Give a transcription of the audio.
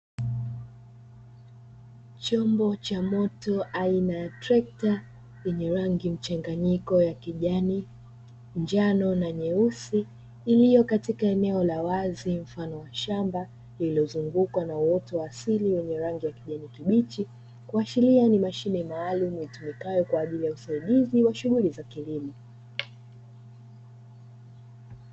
Chombo cha moto aina ya trekta yenye rangi mchanganyiko ya kijani, njano na nyeusi iliyokatika eneo la wazi mfano wa shamba lililozungukwa na uoto wa asili wenye rangi ya kijani kibichi. Kuashiria ni mashine maalumu itumikayo kwa ajili ya usaidizi wa shughuli za kilimo.